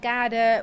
Kade